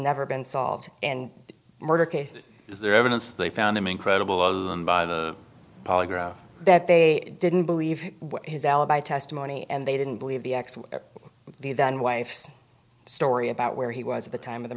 never been solved and the murder case is the evidence they found him incredible by the polygraph that they didn't believe his alibi testimony and they didn't believe the then wife's story about where he was at the time of the